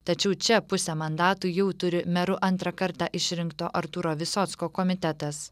tačiau čia pusę mandatų jau turi meru antrą kartą išrinkto artūro visocko komitetas